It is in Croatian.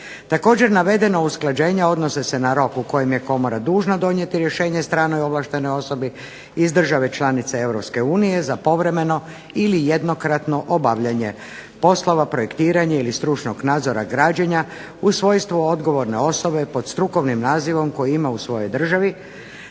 Također navedeno usklađenje odnosi se na rok u kojem je Komora dužna donijeti rješenje stranoj ovlaštenoj osobi iz države članice Europske unije za povremeno ili jednokratno obavljanje poslova projektiranja ili stručnog nadzora građenja u svojstvu odgovorne osobe pod strukovnim nazivom koji ima u svojoj državi